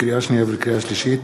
לקריאה שנייה ולקריאה שלישית: